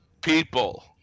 people